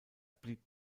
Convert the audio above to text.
blieb